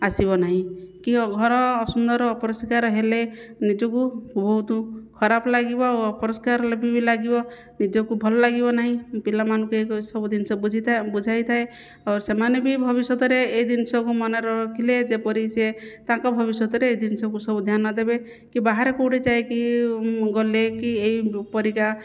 ଆସିବ ନାହିଁ କି ଘର ଅସୁନ୍ଦର ଅପରିଷ୍କାର ହେଲେ ନିଜକୁ ବହୁତ ଖରାପ ଲାଗିବ ଆଉ ଅପରିଷ୍କାର ବି ଲାଗିବ ନିଜକୁ ଭଲଲାଗିବ ନାହିଁ ପିଲାମାନଙ୍କୁ ସବୁ ଜିନିଷ ବୁଝିଥାଏ ବୁଝାଇଥାଏ ଓ ସେମାନେ ବି ଭବିଷ୍ୟତରେ ଏ ଜିନିଷକୁ ମନେରଖିଲେ ଯେପରି ସେ ତାଙ୍କ ଭବିଷ୍ୟତରେ ଏ ଜିନିଷକୁ ସବୁ ଧ୍ୟାନ ଦେବେ କି ବାହାରେ କେଉଁଠି ଯାଇକି ଗଲେ କି ଏହି ପରିକା